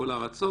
הארצות,